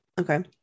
okay